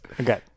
Okay